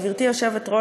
גברתי היושבת-ראש,